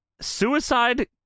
suicide